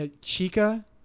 chica